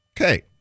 Okay